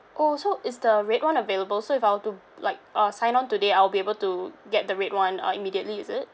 oh so is the red one available so if I were to like uh sign on today I'll be able to get the red one uh immediately is it